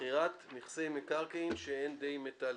מכירת נכסי מקרקעין שאין די מיטלטלין.